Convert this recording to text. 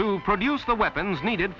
to produce the weapons needed